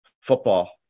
football